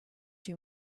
too